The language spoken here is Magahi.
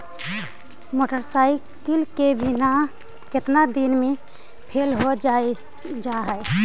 मोटरसाइकिल के बिमा केतना दिन मे फेल हो जा है?